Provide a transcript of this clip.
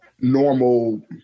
normal